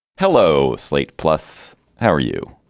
hello slate plus how are you